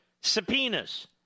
subpoenas